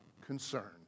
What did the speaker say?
concerned